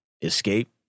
escape